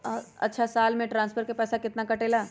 अछा साल मे ट्रांसफर के पैसा केतना कटेला?